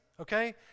okay